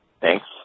Thanks